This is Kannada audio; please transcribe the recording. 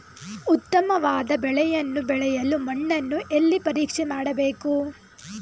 ಉತ್ತಮವಾದ ಬೆಳೆಯನ್ನು ಬೆಳೆಯಲು ಮಣ್ಣನ್ನು ಎಲ್ಲಿ ಪರೀಕ್ಷೆ ಮಾಡಬೇಕು?